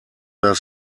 das